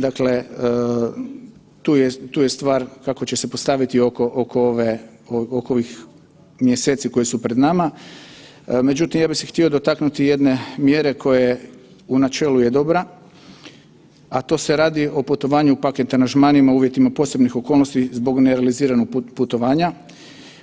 Dakle, tu je stvar kako će se postaviti oko ovih mjeseci koji su pred nama, međutim, ja bih se htio dotaknuti jedne mjere koje, u načelu je dobra, a to se radi o putovanju paket aranžmanima u uvjetima posebnih okolnosti zbog nerealiziranog putovanja